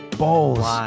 balls